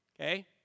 Okay